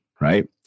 right